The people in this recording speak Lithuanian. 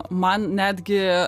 man netgi